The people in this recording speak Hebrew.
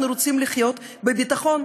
אנחנו רוצים לחיות בביטחון.